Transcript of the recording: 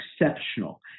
exceptional